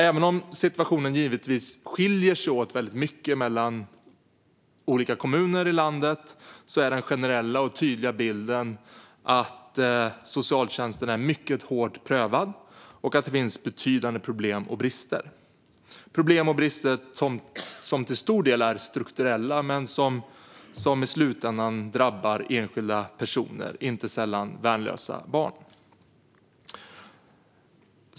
Även om situationen givetvis skiljer sig åt väldigt mycket mellan olika kommuner i landet är den generella och tydliga bilden att socialtjänsten är mycket hårt prövad och att det finns betydande problem och brister. Dessa problem och brister är till stor del strukturella men drabbar i slutändan enskilda personer, inte sällan värnlösa barn.